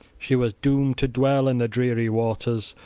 she was doomed to dwell in the dreary waters,